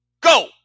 go